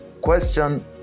question